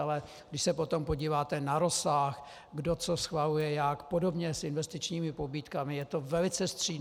Ale když se potom podíváte na rozsah, kdo co schvaluje, jak, podobně s investičním pobídkami je to velice střídmé.